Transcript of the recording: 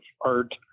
art